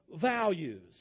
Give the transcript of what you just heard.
values